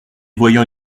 voyant